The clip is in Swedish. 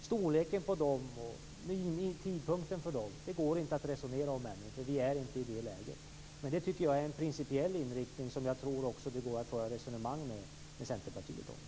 Storleken på och tidpunkten för sänkningarna går det inte att resonera om ännu. Vi är inte i det läget. Det är en principiell inriktning som det går att resonera med Centerpartiet om.